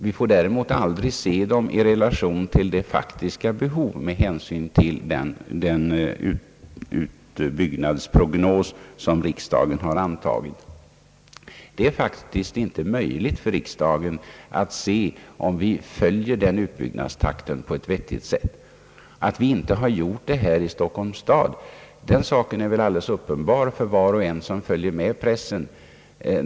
Vi får däremot aldrig se dem i relation till de faktiska behoven med hänsyn till den utbyggnadsprognos som riksdagen har antagit. Det är faktiskt inte möjligt för riksdagen att se om vi följer den förutsatta utbyggnadstakten på ett vettigt sätt. Att så inte skett i Stockholm är väl ganska uppenbart för var och en som följer med i pressen.